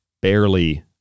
barely